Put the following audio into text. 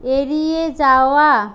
এড়িয়ে যাওয়া